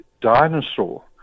dinosaur